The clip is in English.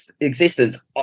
existence